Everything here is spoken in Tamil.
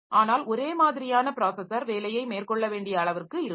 ஆனால் ஒரே மாதிரியான ப்ராஸஸர் வேலையை மேற்கொள்ள வேண்டிய அளவிற்கு இருக்கும்